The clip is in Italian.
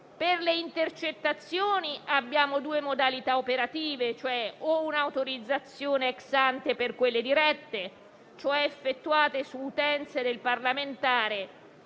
Per le intercettazioni abbiamo due modalità operative: o un'autorizzazione *ex ante* per quelle dirette, cioè effettuate su utenze del parlamentare,